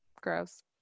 Gross